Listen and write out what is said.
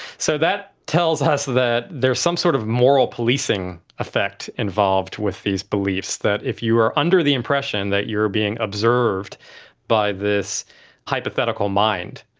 so that tells us that there's some sort of moral policing effect involved with these beliefs, that if you were under the impression that you are being observed by this hypothetical mind,